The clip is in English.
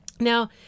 Now